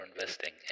investing